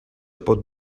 pot